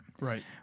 Right